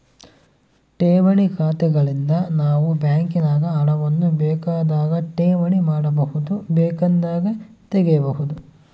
ಠೇವಣಿ ಖಾತೆಗಳಿಂದ ನಾವು ಬ್ಯಾಂಕಿನಾಗ ಹಣವನ್ನು ಬೇಕಾದಾಗ ಠೇವಣಿ ಮಾಡಬಹುದು, ಬೇಕೆಂದಾಗ ತೆಗೆಯಬಹುದು